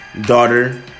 daughter